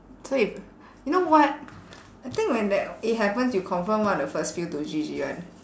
so if you know what I think when that it happens you confirm one of the first few to G_G [one]